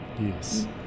Yes